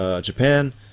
Japan